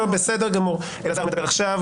אלעזר מדבר עכשיו,